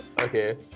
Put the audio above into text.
Okay